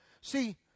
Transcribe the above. See